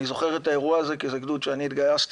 אני זוכר את האירוע הזה כי זה גדוד שאני התגייסתי